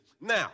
Now